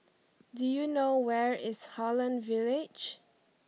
do you know where is Holland Village